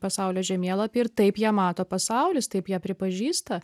pasaulio žemėlapį ir taip ją mato pasaulis taip ją pripažįsta